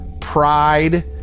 pride